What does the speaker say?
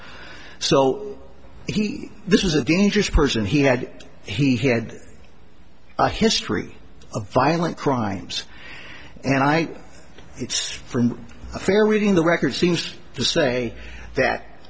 so he this was a dangerous person he had he had a history of violent crimes and i it's from a fair reading the record seems to say that